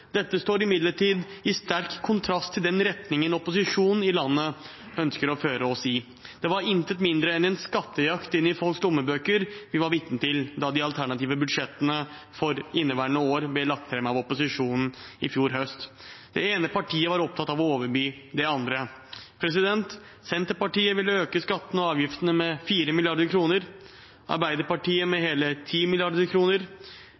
Dette står imidlertid i sterk kontrast til den retningen opposisjonen i landet ønsker å føre oss. Det var intet mindre enn en skattejakt inn i folks lommebøker vi var vitne til da de alternative budsjettene for inneværende år ble lagt fram av opposisjonen i fjor høst. Det ene partiet var opptatt av å overby det andre. Senterpartiet ville øke skattene og avgiftene med 4 mrd. kr, Arbeiderpartiet med